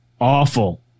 Awful